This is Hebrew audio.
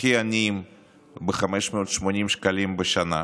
הכי עניים ב-580 שקלים בשנה,